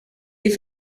est